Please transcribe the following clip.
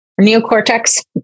neocortex